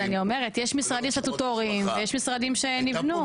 יש משרדים סטטוטוריים ויש משרדים שנבנו.